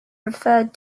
referred